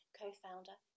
co-founder